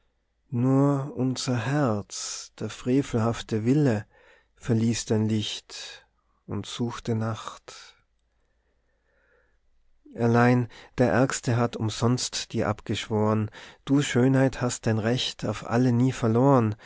nur unser herz der frevelhafte wille verließ dein licht und suchte nacht allein der ärgste hat umsonst dir abgeschworen do schönheit hast dein recht auf alle nie verloren